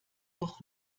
doch